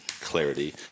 clarity